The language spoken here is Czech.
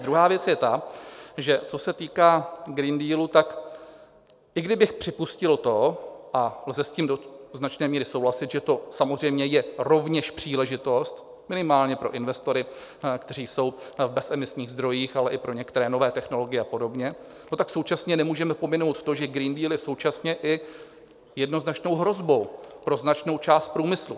Druhá věc je ta, že co se týká Green Dealu, tak i kdybych připustil to a lze s tím do značné míry souhlasit že to samozřejmě je rovněž příležitost, minimálně pro investory, kteří jsou v bezemisních zdrojích, ale i pro některé nové technologie a podobně, tak současně nemůžeme pominout to, že Green Deal je současně jednoznačnou hrozbou pro značnou část průmyslu.